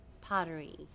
pottery